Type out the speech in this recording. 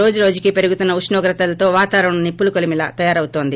రోజురోజుకూ పెరుగుతున్న ఉష్ణోగ్రతతో వాతావరణం నిప్పుల కొలిమిలా తయారవుతోంది